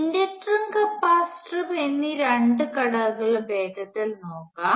ഇൻഡക്റ്ററും കപ്പാസിറ്ററും എന്നീ രണ്ട് ഘടകങ്ങളെ വേഗത്തിൽ നോക്കാം